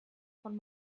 von